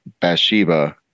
Bathsheba